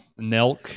Nelk